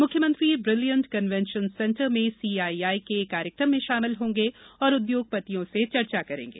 मुख्यमंत्री brilliant convention centre में CII के कार्यक्रम में शामिल होंगे और उद्योगपतियों से चर्चा करेंगे